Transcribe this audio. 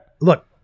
Look